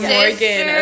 Morgan